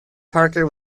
parker